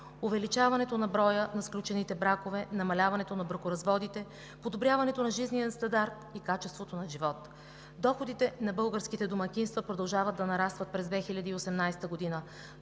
увеличаването на броя на сключените бракове, намаляването на бракоразводите; подобряването на жизнения стандарт и качеството на живот. Доходите на българските домакинства продължават да нарастват през 2018 г.